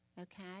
Okay